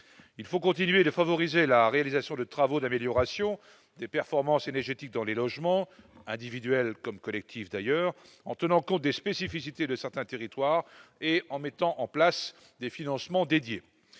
il faut continuer de favoriser la réalisation de travaux d'amélioration des performances énergétiques dans les logements individuels comme collectifs d'ailleurs en tenant compte des spécificités de certains territoires et en mettant en place des financements dédiés